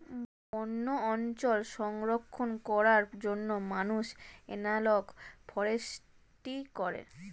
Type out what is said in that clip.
বন্য অঞ্চল সংরক্ষণ করার জন্য মানুষ এনালগ ফরেস্ট্রি করে